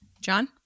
John